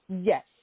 Yes